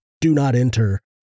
do-not-enter